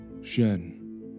Shen